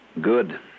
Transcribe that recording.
Good